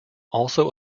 also